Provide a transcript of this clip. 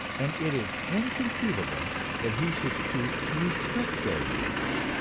and it is inconceivable that he should seek to restrict their use,